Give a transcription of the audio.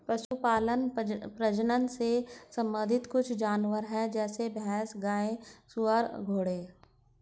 पशुपालन प्रजनन से संबंधित कुछ जानवर है जैसे भैंस, गाय, सुअर, घोड़े